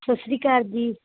ਸਤਿ ਸ਼੍ਰੀ ਅਕਾਲ ਜੀ